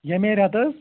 ییٚمے ریٚتہٕ حظ